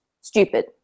stupid